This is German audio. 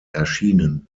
erschienen